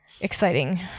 exciting